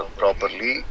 properly